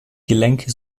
gelenke